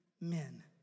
men